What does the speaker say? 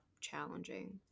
challenging